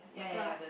glass